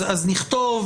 נכתוב